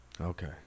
Okay